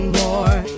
more